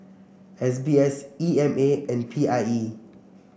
S B S E M A and P I E